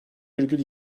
virgül